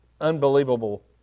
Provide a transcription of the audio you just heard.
unbelievable